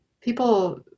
people